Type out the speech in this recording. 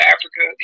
Africa